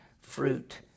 fruit